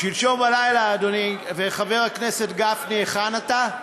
שלשום בלילה, אדוני, חבר הכנסת גפני, היכן אתה?